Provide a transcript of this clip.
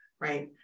right